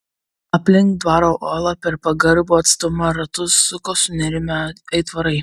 aplink dvaro uolą per pagarbų atstumą ratus suko sunerimę aitvarai